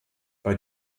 bei